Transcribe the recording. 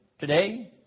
Today